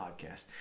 podcast